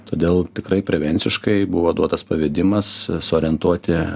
todėl tikrai prevenciškai buvo duotas pavedimas suorientuoti